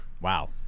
Wow